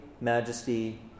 majesty